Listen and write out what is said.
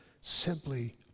simply